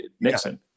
Nixon